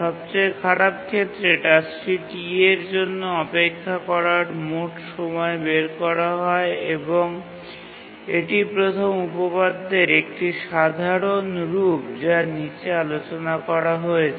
সবচেয়ে খারাপ ক্ষেত্রে টাস্কটি Ta এর জন্য অপেক্ষা করার মোট সময় বের করা হয় এবং এটি প্রথম উপপাদ্যের একটি সাধারণ রূপ যা নীচে আলোচনা করা হয়েছে